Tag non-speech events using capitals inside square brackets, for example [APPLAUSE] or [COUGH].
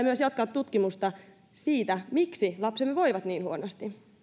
[UNINTELLIGIBLE] myös jatkaa tutkimusta siitä miksi lapsemme voivat niin huonosti